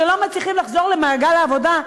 שלא מצליחים לחזור למעגל העבודה,